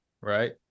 right